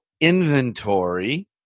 inventory